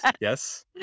Yes